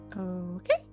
Okay